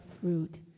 fruit